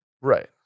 Right